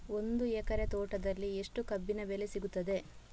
ಒಂದು ಎಕರೆ ತೋಟದಲ್ಲಿ ಎಷ್ಟು ಕಬ್ಬಿನ ಬೆಳೆ ಸಿಗುತ್ತದೆ?